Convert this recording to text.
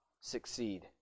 succeed